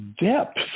depth